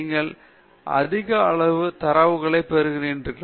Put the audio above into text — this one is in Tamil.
நீங்கள் அதிக அளவு தரவுகளைப் பெறுகிறீர்கள்